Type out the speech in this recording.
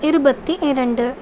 இருபத்தி இரண்டு